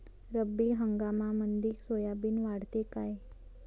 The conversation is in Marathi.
रब्बी हंगामामंदी सोयाबीन वाढते काय?